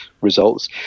results